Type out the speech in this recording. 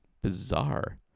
Bizarre